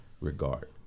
regard